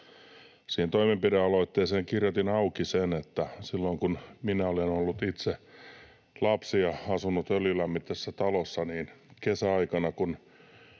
Siihen toimenpidealoitteeseen kirjoitin auki sen, että silloin, kun minä olen ollut itse lapsi ja asunut öljylämmitteisessä talossa, niin kesäaikana,